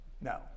no